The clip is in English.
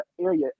area